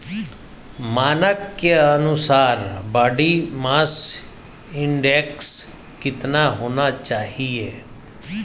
मानक के अनुसार बॉडी मास इंडेक्स कितना होना चाहिए?